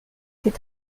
c’est